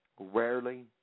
rarely